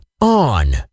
on